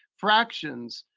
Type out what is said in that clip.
fractions,